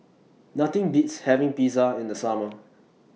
Nothing Beats having Pizza in The Summer